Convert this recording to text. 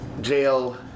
jail